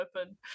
open